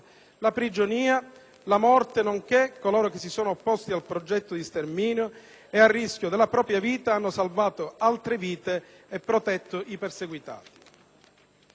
la prigionia, la morte, nonché coloro che si sono opposti al progetto di sterminio e, a rischio della propria vita, hanno salvato altre vite e protetto i perseguitati.